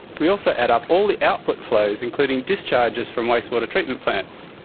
we also add up all the output flows including discharges from wastewater treatment plants,